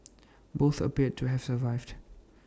both appeared to have survived